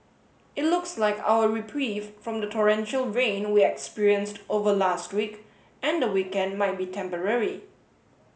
it looks like our reprieve from the torrential rain we experienced over last week and the weekend might be temporary